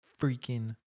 freaking